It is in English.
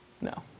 No